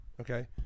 okay